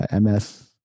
MS